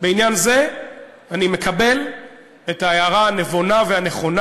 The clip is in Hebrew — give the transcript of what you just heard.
בעניין זה אני מקבל את ההערה הנבונה והנכונה.